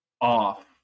off